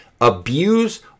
abuse